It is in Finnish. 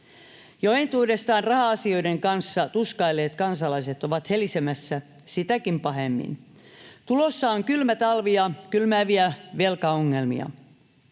Jo entuudestaan raha-asioiden kanssa tuskailleet kansalaiset ovat helisemässä sitäkin pahemmin. Tulossa on kylmä talvi ja kylmääviä velkaongelmia.